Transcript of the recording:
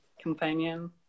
companion